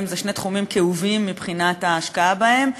הם שני תחומים כאובים מבחינת ההשקעה בהם.